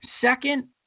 second